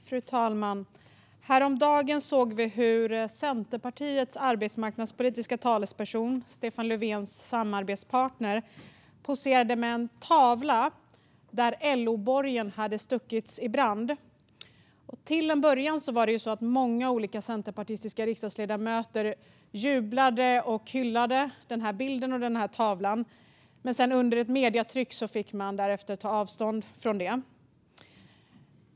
Fru talman! Häromdagen såg vi hur den arbetsmarknadspolitiska talespersonen från Centerpartiet, Stefan Löfvens samarbetspartner, poserade med en tavla där LO-borgen hade stuckits i brand. Till en början jublade många centerpartistiska riksdagsledamöter och hyllade denna tavla. Därefter fick man på grund av medietrycket ta avstånd från detta.